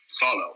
follow